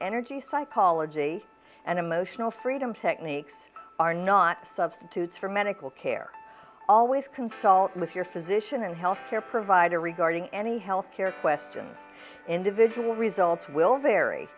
energy psychology and emotional freedom techniques are not substitutes for medical care always consult with your physician and healthcare provider regarding any health care question individual results will vary